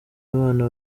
abana